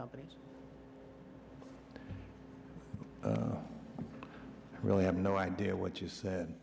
companies that really have no idea what you said